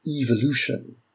evolution